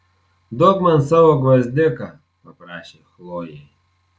duok man savo gvazdiką paprašė chlojė